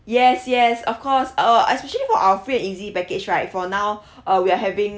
yes yes of course uh especially for our free and easy package right for now uh we're having